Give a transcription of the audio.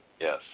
Yes